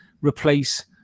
replace